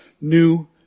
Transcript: new